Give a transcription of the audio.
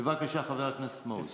בבקשה, חבר הכנסת מעוז.